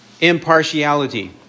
impartiality